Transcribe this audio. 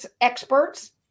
experts